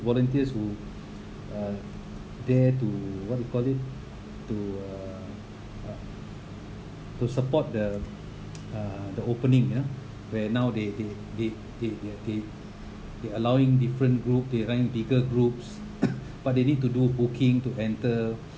volunteers who are there to what you call it to uh to support the uh the opening uh where now they they they they they they allowing different group they run bigger groups but they need to do booking to enter